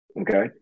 Okay